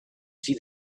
see